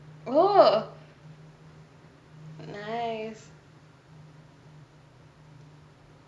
oh nice